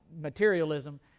materialism